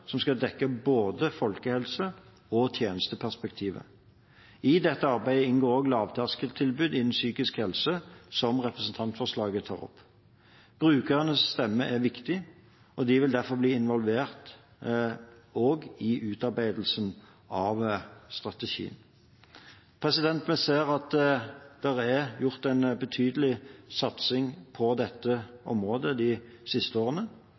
som skal dekke både folkehelse- og tjenesteperspektivet. I dette arbeidet inngår også lavterskeltilbud innen psykisk helse, som representantforslaget tar opp. Brukernes stemme er viktig, og de vil derfor bli involvert i utarbeidelsen av strategien. Vi ser at det har vært en betydelig satsing på dette området de siste årene,